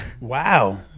Wow